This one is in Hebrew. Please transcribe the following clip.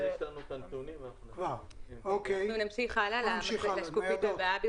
נמשיך לשקופית הבאה.